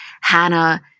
Hannah